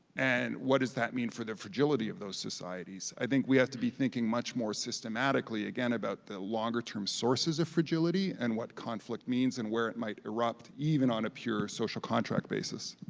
and what does that mean for the fragility of those societies? i think we have to be thinking much more systematically again about the longer term sources of fragility and what conflict means and where it might erupt even on a pure social contract basis.